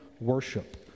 worship